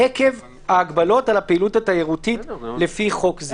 עקב "ההגבלות על הפעילות התיירותית" "לפי חוק זה".